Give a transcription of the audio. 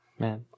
Man